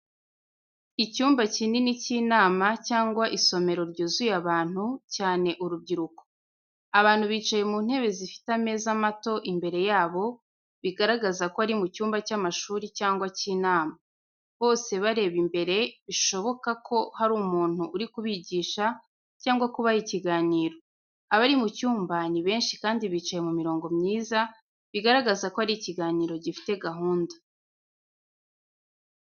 Icyumba kinini cy’inama cyangwa isomero ryuzuye abantu, cyane urubyiruko. Abantu bicaye mu ntebe zifite ameza mato imbere yabo, bigaragaza ko ari mu cyumba cy’amashuri cyangwa cy’inama. Bose bareba imbere, bishoboka ko hari umuntu uri kubigisha cyangwa kubaha ikiganiro. Abari mu cyumba ni benshi kandi bicaye mu mirongo myiza, bigaragaza ko ari ikiganiro gifite gahunda.